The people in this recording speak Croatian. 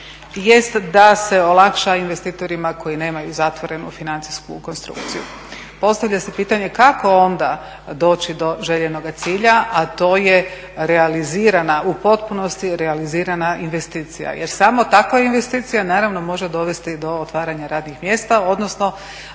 da se olakša investitorima koji nemaju zatvorenu financijsku konstrukciju. Postavlja se pitanje kako onda doći do željenoga cilja, a to je realizirana, u potpunosti realizirana investicija jer samo takva investicija naravno može dovesti do otvaranja radnih mjesta, odnosno